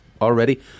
already